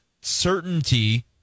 certainty